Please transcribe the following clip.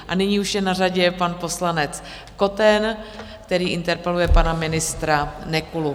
A nyní už je na řadě pan poslanec Koten, který interpeluje pana ministra Nekulu.